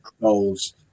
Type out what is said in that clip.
goals